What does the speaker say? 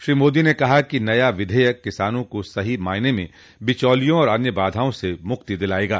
श्री मोदी ने कहा कि नया विधेयक किसानों को सही मायने में बिचौलियों और अन्य बाधाओं से मुक्ति दिलाएगा